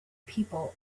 people